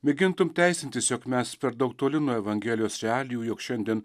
mėgintum teisintis jog mes per daug toli nuo evangelijos realijų jog šiandien